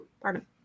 Pardon